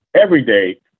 Everyday